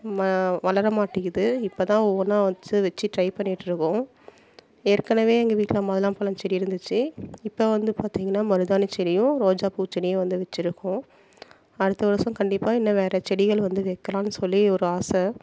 வளர மாட்டிக்கிது இப்போ தான் ஒவ்வொன்னா வச்சி வச்சி ட்ரை பண்ணிக்கிட்டுருக்கோம் ஏற்கனவே எங்கள் வீட்டில் மாதுளைம் பழம் செடி இருந்துச்சு இப்போ வந்து பார்த்திங்கனா மருதாணி செடியும் ரோஜாப்பூ செடியும் வந்து வச்சிருக்கோம் அடுத்த வருடம் கண்டிப்பாக இன்னும் வேற செடிகள் வந்து வைக்கலாம் சொல்லி ஒரு ஆசை